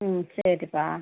ம்ம் சரிப்பா